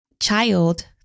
child